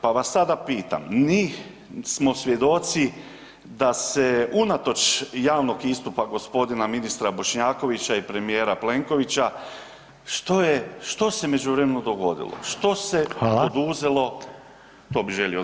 Pa vas sada pitam, mi smo svjedoci da se unatoč javnog istupa g. ministra Bošnjakovića i premijera Plenkovića, što se u međuvremenu dogodilo, što se poduzelo to bi želio znati?